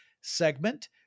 segment